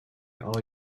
all